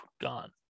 gone